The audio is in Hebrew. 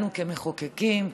לנו כמחוקקים,